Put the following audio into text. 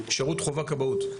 שירות חובה כבאות.